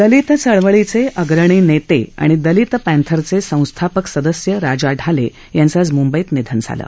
दलित चळवळीचे अग्रणी नेते आणि दलित पँथरचे संस्थापक सदस्य राजा ढाले यांचं आज म्ंबईत निधन झालं